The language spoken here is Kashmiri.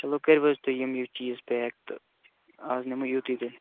چَلو کٔرو حظ تۄیہِ یِم یِم چیٖز پیک تہٕ آز نِمو یُتُے تیٚلہِ